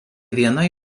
viena